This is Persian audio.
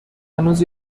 هنوز